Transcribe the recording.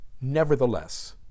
Nevertheless